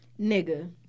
Nigga